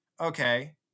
Okay